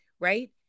right